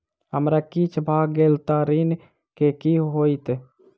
हमरा किछ भऽ गेल तऽ ऋण केँ की होइत?